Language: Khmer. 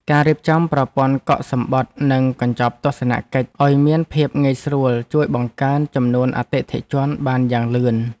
ការរៀបចំប្រព័ន្ធកក់សំបុត្រនិងកញ្ចប់ទស្សនកិច្ចឱ្យមានភាពងាយស្រួលជួយបង្កើនចំនួនអតិថិជនបានយ៉ាងលឿន។